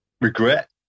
regret